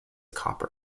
copper